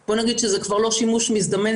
הזה כי יש לנו אחריות בתור מנהלים של